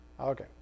Okay